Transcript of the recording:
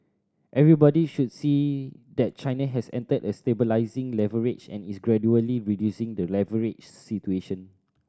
everybody should see that China has entered a stabilising leverage and is gradually reducing the leverage situation